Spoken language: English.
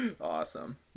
Awesome